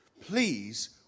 please